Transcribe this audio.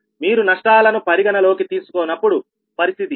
మీరు నష్టాలను పరిగణలోకి తీసుకోనప్పుడు పరిస్థితి ఇది